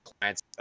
clients